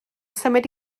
symud